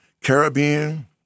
Caribbean